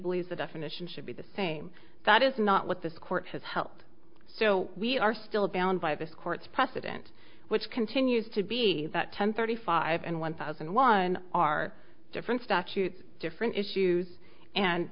believes the definition should be the same that is not what this court has help so we are still bound by this court's precedent which continues to be that ten thirty five and one thousand one different statute different issue and